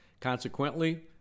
Consequently